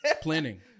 Planning